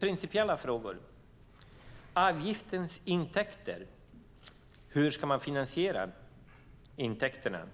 principiella frågor. Avgiftens intäkter - hur ska vi finansiera dem?